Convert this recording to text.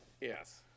Yes